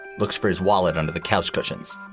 looks for his wallet under the couch cushions.